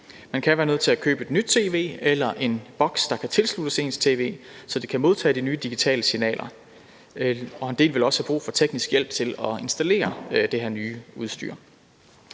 Man kan være nødt til at købe et nyt tv eller en boks, der kan tilsluttes ens tv, så det kan modtage de nye digitale signaler. Og en del vil også have brug for teknisk hjælp til at installere det her nye udstyr.